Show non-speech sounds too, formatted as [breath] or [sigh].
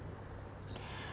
[breath]